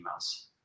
emails